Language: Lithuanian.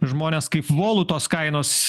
žmonės kaip volu tos kainos